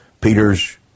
Peter's